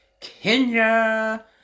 Kenya